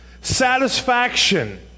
satisfaction